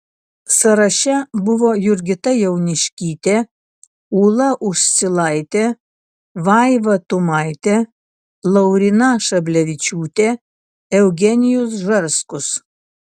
sąraše buvo jurgita jauniškytė ūla uscilaitė vaiva tumaitė lauryna šablevičiūtė eugenijus žarskus